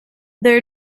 there